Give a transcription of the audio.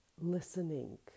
listening